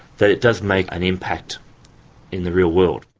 that it does make an impact in the real world.